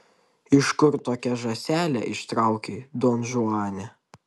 iš kur tokią žąselę ištraukei donžuane